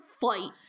fight